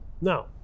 Now